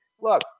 Look